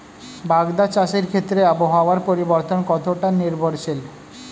বাগদা চাষের ক্ষেত্রে আবহাওয়ার পরিবর্তন কতটা নির্ভরশীল?